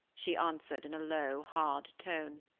she answered, in a low, hard tone.